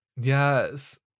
Yes